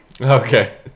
Okay